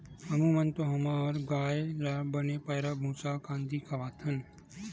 हमू मन तो हमर गाय ल बने पैरा, भूसा, कांदी खवाथन